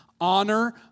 Honor